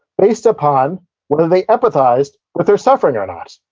based upon whether they empathized with her suffering or not.